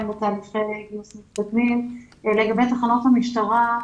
לגבי תחנות המשטרה,